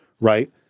right